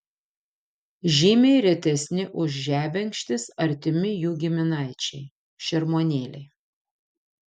žymiai retesni už žebenkštis artimi jų giminaičiai šermuonėliai